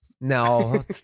no